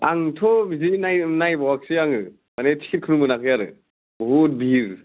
आंथ' बिदि नाय नायबावाखसै आङो मानि टिकेटखौनो मोनाखै आरो बहुद बिहिर